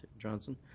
johnson.